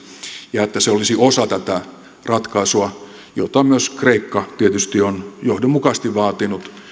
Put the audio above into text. ja että se olisi osa tätä ratkaisua jota myös kreikka tietysti on johdonmukaisesti vaatinut